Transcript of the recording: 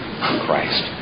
Christ